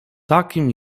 takim